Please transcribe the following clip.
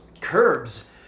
curbs